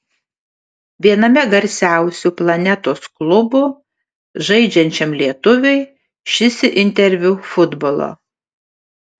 viename garsiausių planetos klubų žaidžiančiam lietuviui šis interviu futbolo